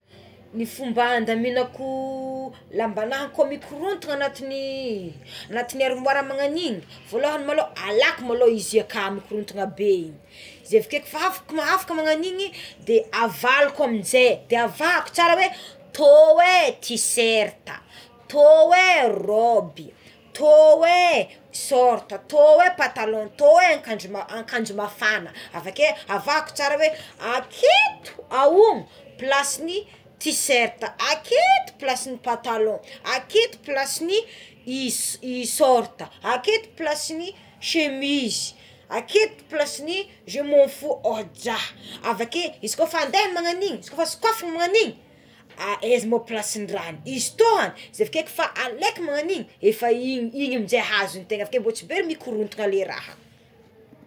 Ny fomba andaminako lambana koa mikorontagna anatigny anatigny armoara magnagn'igny voalohany maloha alako malo izy aka mikorontgna be igny ize avakeo afaka afaka magnagno igny de avaloko amizay de avahako tsara hoe to é tiserta to é rôby to é sôrta to é pataloha to é akanjo akanjo mafana avaké avahoko tsara hoé akéto aono plasigny teserta aketo plasin'ny pataloha aketo plasin'ny i isorta aketo plasin'ny chemizy aketo plasin'ny je m'en fou ohatra avakeo izy koa efa andeha magnagn'igny sokafigna magnagn'igny aiza moa plasin'ny raha izy toa izy avike fa aleko magnan'igny efa igny igny aminjay azontegna avekeo tsy be mikorontagna le raha.